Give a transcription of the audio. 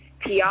PR